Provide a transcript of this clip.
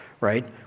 right